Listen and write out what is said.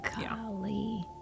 Golly